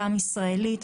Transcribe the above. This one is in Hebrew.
גם ישראלית.